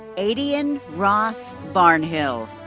adian ross barnhill.